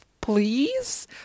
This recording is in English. please